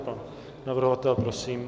Pan navrhovatel, prosím.